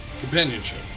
Companionship